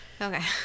okay